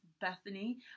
Bethany